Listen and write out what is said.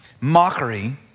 mockery